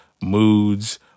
moods